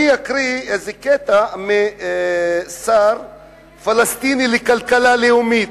אני אקריא איזה קטע של שר פלסטיני לכלכלה לאומית,